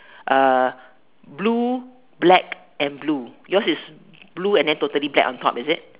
uh blue black and blue yours is blue and then totally black on top is it